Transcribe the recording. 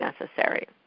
necessary